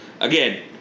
again